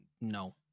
No